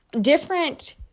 different